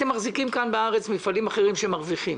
אתם מחזיקים כאן בארץ מפעלים אחרים שמרוויחים.